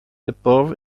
above